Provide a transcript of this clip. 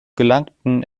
gelangten